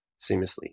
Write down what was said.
seamlessly